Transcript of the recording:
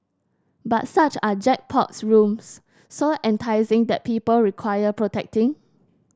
but such are jackpot rooms so enticing that people require protecting